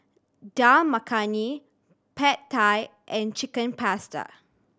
Dal Makhani Pad Thai and Chicken Pasta